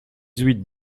huit